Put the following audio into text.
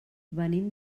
venim